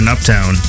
Uptown